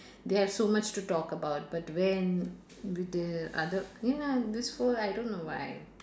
they have so much to talk about but when with the other ya this whole I don't know why